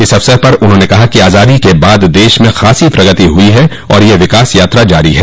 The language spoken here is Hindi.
इस अवसर पर उन्होंने कहा कि आजादी के बाद देश में खासी प्रगति हुई है और यह विकास यात्रा जारी है